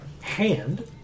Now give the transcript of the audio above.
hand